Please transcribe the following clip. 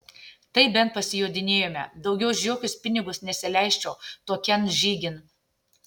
tai bent pasijodinėjome daugiau už jokius pinigus nesileisčiau tokian žygin